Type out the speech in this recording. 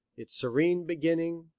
its serene beginning,